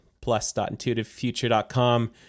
plus.intuitivefuture.com